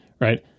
right